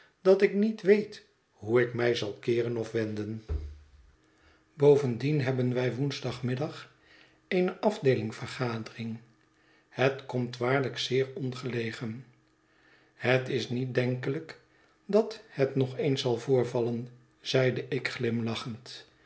dat ik niet weet hoe ik mij zal keeren of wenden bovendien hebben wij woensdagmiddag eene afdeeling vergadering het komt waarlijk zeer ongelegen het is niet denkelijk dat het nog eens zal voorvallen zeide ik glimlachend